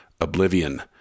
Oblivion